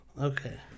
Okay